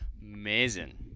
Amazing